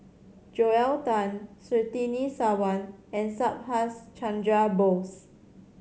Joel Tan Surtini Sarwan and Subhas Chandra Bose